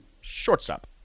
shortstop